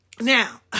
Now